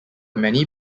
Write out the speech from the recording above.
many